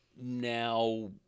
Now